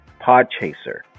Podchaser